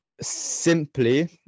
simply